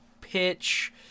pitch